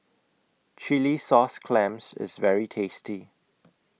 Chilli Sauce Clams IS very tasty